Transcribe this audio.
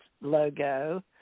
logo